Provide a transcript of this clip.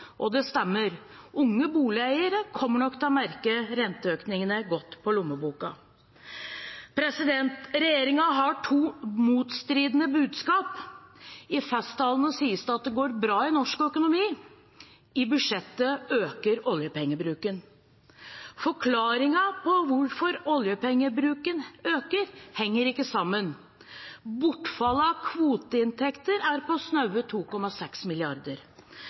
og det stemmer. Unge boligeiere kommer nok til å merke renteøkningene godt på lommeboken. Regjeringen har to motstridende budskap. I festtalene sies det at det går bra i norsk økonomi, men i budsjettet øker oljepengebruken. Forklaringen på hvorfor oljepengebruken øker, henger ikke sammen. Bortfallet av kvoteinntekter er på snaue 2,6